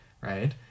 right